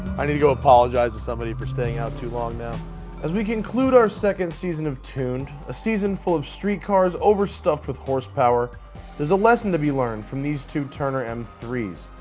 i need to go apologize to somebody for staying out too long. as we conclude our second season of tuned a season full of street cars over stuffed with horsepower there's a lesson to be learned from these two turner m three s,